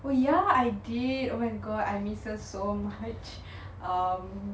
oh ya I did oh my god I miss her so much um